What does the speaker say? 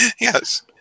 Yes